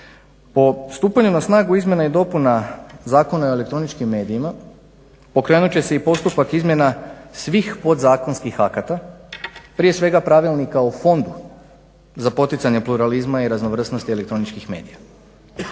O stupanju na snagu izmjena i dopuna Zakon o elektroničkim medijima pokrenut će se i postupak izmjena svih podzakonskih akata prije svega Pravilnika o fondu za poticanje pluralizma i raznovrsnosti elektroničkih medija.